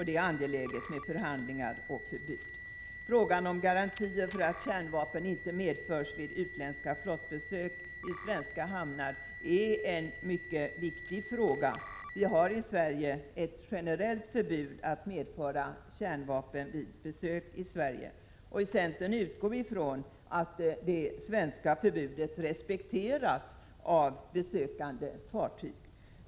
Det är angeläget med förhandlingar och förbud. Frågan om garantier för att kärnvapen inte medförs vid utländska flottbesök i svenska hamnar är en mycket viktig fråga. Vi har ett generellt förbud att medföra kärnvapen vid besök i Sverige. I centern utgår vi ifrån att det svenska förbudet respekteras av besökande fartyg.